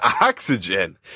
oxygen